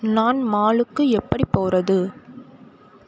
நான் மாலுக்கு எப்படி போகறது